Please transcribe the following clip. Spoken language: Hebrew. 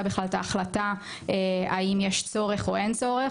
בכלל את ההחלטה האם יש צורך או אין צורך,